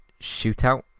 shootout